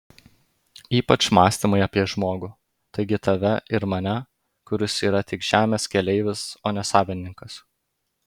ypač mąstymai apie žmogų taigi tave ir mane kuris yra tik žemės keleivis o ne savininkas